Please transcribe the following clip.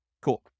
Cool